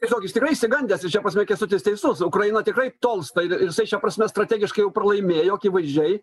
tiesiog jis tikrai išsigandęs ir šia prasme kęstutis teisus ukraina tikrai tolsta ir jisai šia prasme strategiškai jau pralaimėjo akivaizdžiai